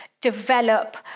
develop